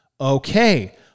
Okay